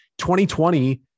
2020